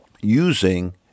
using